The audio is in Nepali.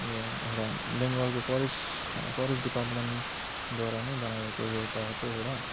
यो एउटा बेङ्गलको फरेस्ट फरेस्ट डिपार्टमेन्टद्वारा नै बनाइएको यो पार्क हो एउटा